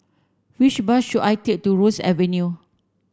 which bus should I take to Ross Avenue